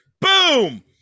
Boom